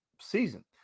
season